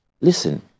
Listen